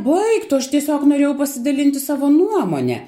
baik tu aš tiesiog norėjau pasidalinti savo nuomone